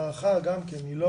הערכה גם כן,